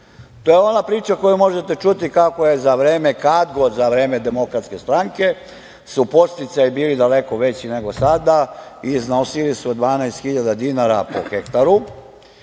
To je ona priča koju možete čuti kako su za vreme, kad god za vreme DS su podsticaji bili daleko veći nego sada i iznosili su 12.000 dinara po hektaru,